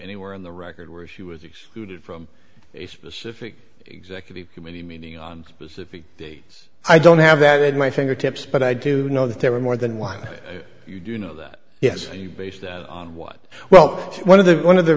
anywhere in the record where she was excluded from a specific executive committee meeting on specific dates i don't have that at my fingertips but i do know that there were more than one you do know that yes and you base that on what well one of the one of the